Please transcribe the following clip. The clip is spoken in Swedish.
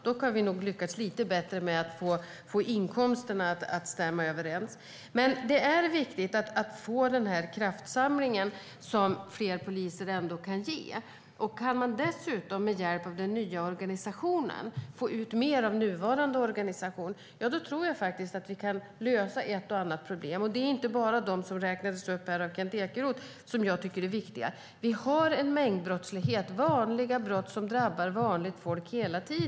Dock har vi nog lyckats lite bättre med att få inkomsterna att stämma överens. Men det är viktigt att få den kraftsamling som fler poliser ändå kan ge. Kan man dessutom med hjälp av den nya organisationen få ut mer av nuvarande organisation tror jag att vi kan lösa ett och annat problem. Det gäller inte bara de som räknades upp av Kent Ekeroth som jag tycker är viktiga. Det finns en mängdbrottslighet, alltså vanliga brott som hela tiden drabbar vanligt folk.